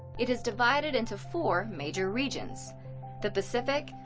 it is divided into four major regions the pacific,